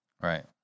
Right